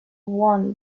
won